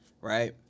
right